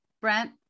Brent